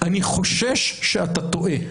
אני חושש שאתה טועה.